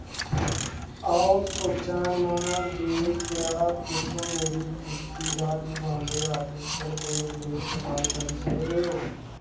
अ'ऊं सोचा नां जे क्या तुस मेरी कुर्ती दा जिवामे आर्डर पर कोई अपडेट प्रदान करी सकदे ओ